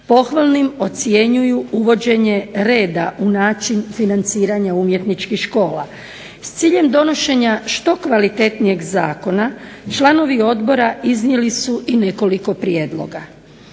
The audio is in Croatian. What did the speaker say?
Pohvalnim ocjenjuju uvođenje reda u način financiranja umjetničkih škola. S ciljem donošenja što kvalitetnijeg zakona članovi odbora iznijeli su i nekoliko prijedloga.